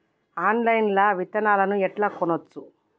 Online లా విత్తనాలను ఎట్లా కొనచ్చు?